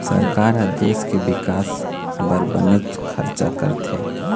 सरकार ह देश के बिकास बर बनेच खरचा करथे